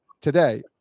today